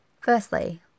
Firstly